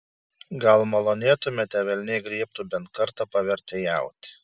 gal malonėtumėte velniai griebtų bent kartą pavertėjaut